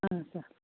ಹಾಂ ಸರ್